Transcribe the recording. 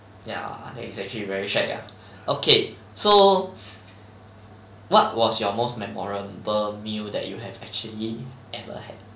ya it's actually very shag ah okay so what was your most memorable meal that you have actually ever had